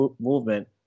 Movement